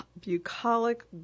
bucolic